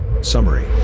Summary